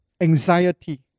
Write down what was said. anxiety